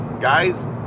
guys